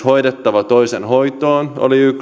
hoidettava toisen hoitoon